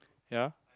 ya